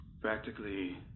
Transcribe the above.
practically